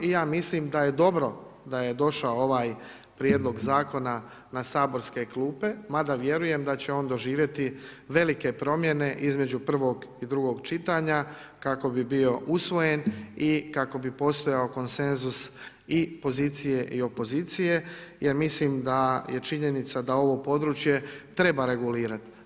I ja mislim da je dobro da je došao ovaj prijedlog zakona na saborske klupe mada vjerujem da će on doživjeti velike promjene između prvog i drugo čitanja kako bi bio usvojen i kako bi postojano konsenzus i pozicije i opozicije jer mislim da je činjenica da ovo područje treba regulirati.